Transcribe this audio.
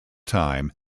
time